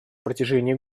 протяжении